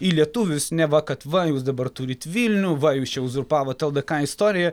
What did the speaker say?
į lietuvius neva kad va jūs dabar turit vilnių va jūs čia uzurpavot ldk istoriją